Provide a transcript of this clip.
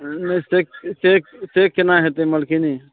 से से केना हेतै मलकिनी